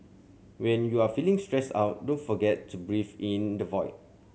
when you are feeling stressed out don't forget to breathe in the void